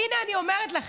אין שר.